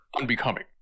Unbecoming